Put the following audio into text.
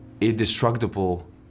indestructible